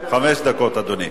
חמש דקות, אדוני.